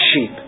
sheep